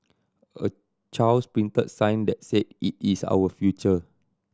a child's printed sign that said it is our future